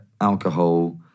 alcohol